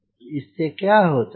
तो इस से क्या होता है